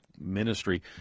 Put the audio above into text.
ministry